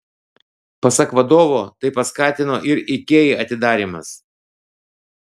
pasak vadovo tai paskatino ir ikea atidarymas